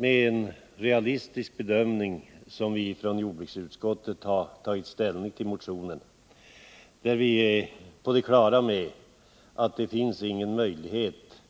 Med en realistisk bedömning har vi från jordbruksutskottet tagit ställning till motionen. Vi är på det klara med att det inte finns någon möjlighet